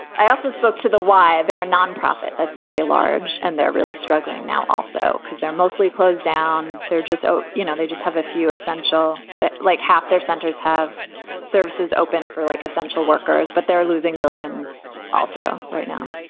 i also spoke to the why. they're a nonprofit that's very large and they're really struggling now also because they're mostly closed down. they're just so you know, they just have a few essential like half their centers have services open for, like essential workers, but they are losing billions. also right now